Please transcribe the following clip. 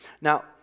Now